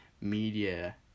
media